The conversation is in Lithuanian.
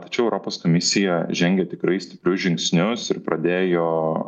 tačiau europos komisija žengė tikrai stiprius žingsnius ir pradėjo